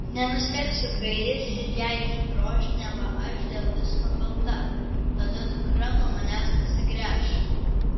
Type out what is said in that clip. nenustebsiu kai jis ir jai išdroš neva aš dėl visko kalta tada dukra nuo manęs nusigręš